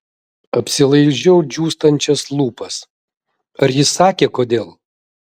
apsilaižau džiūstančias lūpas ar jis sakė kodėl